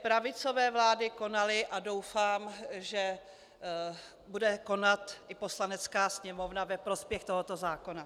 Pravicové vlády konaly a doufám, že bude konat i Poslanecká sněmovna ve prospěch tohoto zákona.